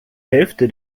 hälfte